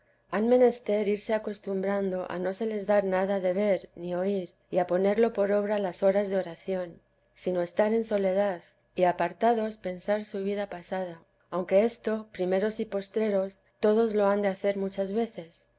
han menester irse acostumbrando a no se les dar nada de ver ni oír y a ponerlo por obra las horas de oración sino estar en soledad y apartados pensar su vida pasada aunque esto primeros y postreros todos lo han de hacer muchas veces